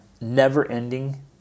Never-ending